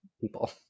people